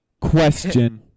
Question